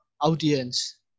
audience